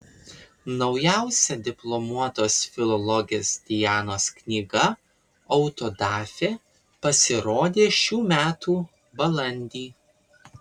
naujausia diplomuotos filologės dianos knyga autodafė pasirodė šių metų balandį